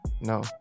No